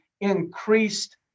increased